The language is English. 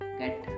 get